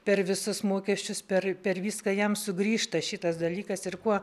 per visus mokesčius per per viską jam sugrįžta šitas dalykas ir kuo